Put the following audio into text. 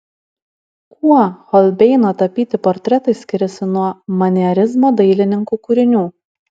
kuo holbeino tapyti portretai skiriasi nuo manierizmo dailininkų kūrinių